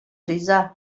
риза